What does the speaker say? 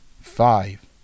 five